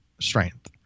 strength